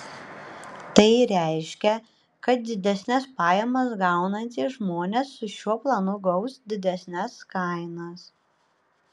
tai reiškia kad didesnes pajamas gaunantys žmonės su šiuo planu gaus didesnes kainas